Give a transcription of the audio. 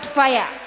fire